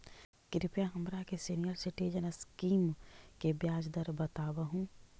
कृपा हमरा के सीनियर सिटीजन स्कीम के ब्याज दर बतावहुं